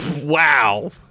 Wow